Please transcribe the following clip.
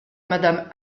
madame